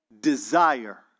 desire